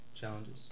challenges